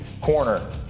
corner